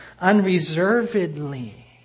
unreservedly